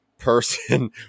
person